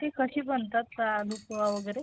ती कशी बनतात आलू पोहा वगैरे